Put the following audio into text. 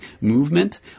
movement